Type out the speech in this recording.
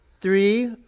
Three